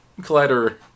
Collider